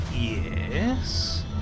Yes